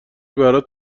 برات